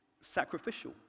sacrificial